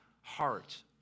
heart